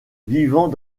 vivant